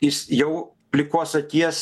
jis jau plikos akies